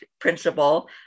principle